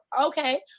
Okay